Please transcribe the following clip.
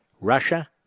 Russia